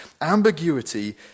Ambiguity